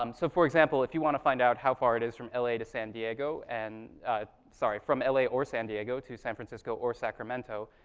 um so for example, if you want to find out how far it is from l a. to san diego and sorry, from l a. or san diego to san francisco or sacramento,